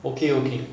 okay okay